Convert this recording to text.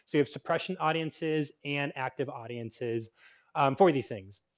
sort of suppression audiences and active audiences for these things.